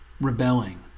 rebelling